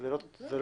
זה לא אצלנו,